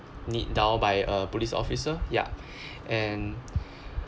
kneed down by a police officer ya and